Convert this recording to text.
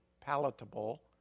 palatable